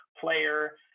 player